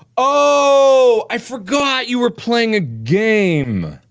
ohhhh i forgot you were playing a game!